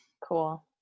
cool